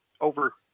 over